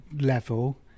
level